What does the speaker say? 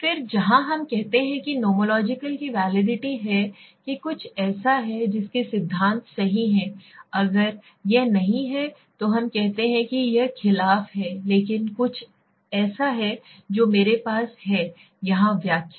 फिर जहां हम कहते हैं कि नोमोलॉजिकल की वैलिडिटी है कि कुछ ऐसा है जिसके सिद्धांत सही है अगर यह नहीं है तो हम कहते हैं कि यह खिलाफ है लेकिन कुछ ऐसा है जो मेरे पास है यहाँ व्याख्या